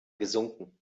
gesunken